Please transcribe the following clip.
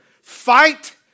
Fight